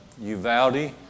Uvalde